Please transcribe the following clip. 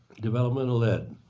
developmental ed.